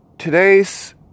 Today's